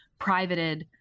privated